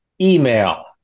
email